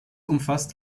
umfasst